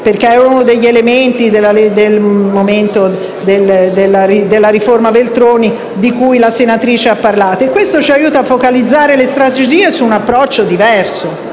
era uno degli elementi della riforma Veltroni di cui la senatrice ha parlato. E questo ci aiuta a focalizzare le strategie su un approccio